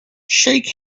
shake